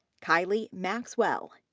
kylee maxwell.